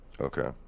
Okay